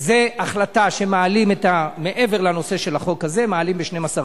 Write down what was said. החלטה, מעבר לנושא של החוק הזה, שמעלים ב-12%.